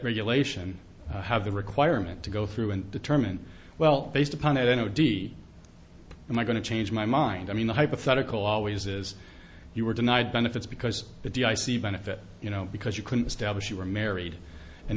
regulation have the requirement to go through and determine well based upon i don't know d and i going to change my mind i mean the hypothetical always is you were denied benefits because of the icy benefit you know because you couldn't establish you were married an